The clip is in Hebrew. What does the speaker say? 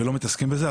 ולא מתעסקים בזה.